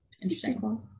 interesting